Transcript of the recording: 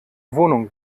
wohnung